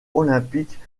olympique